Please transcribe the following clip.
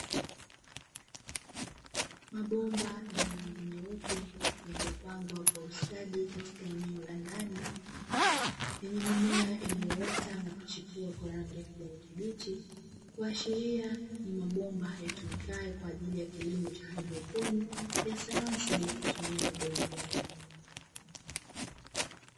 Mabomba yenye rangi nyeupe yaliyopangwa kwa ustadi katika eneo la ndani yenye mimea, iliyoota na kuchipua kwa rangi ya kijani kibichi kuashiria ni mabomba yatumikayo kwa ajili ya kilimo cha haidroponi ya sayansi bila kutumia udongo.